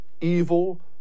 evil